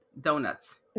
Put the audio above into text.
donuts